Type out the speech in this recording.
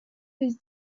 his